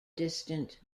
distant